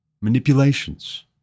manipulations